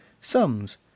sums